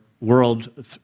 world